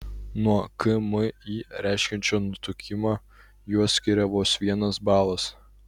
nuo kmi reiškiančio nutukimą juos skiria vos vienas balas